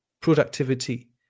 productivity